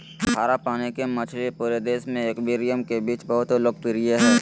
खारा पानी के मछली पूरे देश में एक्वेरियम के बीच बहुत लोकप्रिय हइ